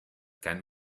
can